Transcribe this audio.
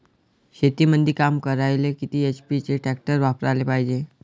शेतीमंदी काम करायले किती एच.पी चे ट्रॅक्टर वापरायले पायजे?